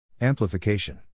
Amplification